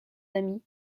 amis